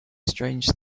strange